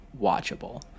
watchable